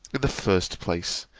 in the first place,